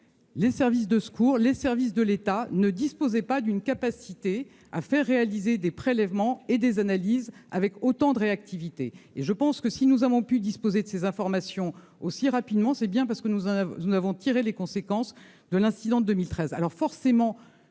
les services de secours, les services de l'État ne disposaient pas des moyens de faire effectuer des prélèvements et des analyses avec autant de réactivité qu'aujourd'hui. Si nous avons pu disposer de ces informations aussi rapidement, c'est bien parce que nous avons tiré les conséquences de cet incident.